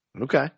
Okay